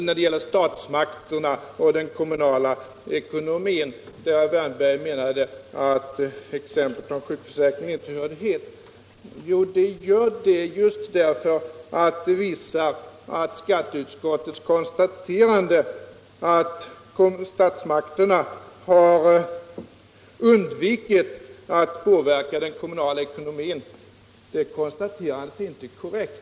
När det gäller statsmakterna och den kommunala ekonomin menade herr Wärnberg vidare att exemplet från sjukförsäkringen inte hörde hit. Jo, det gör det, eftersom det visar att skatteutskottets konstaterande att statsmakterna har undvikit att påverka den kommunala ekonomin inte är korrekt.